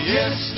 Yes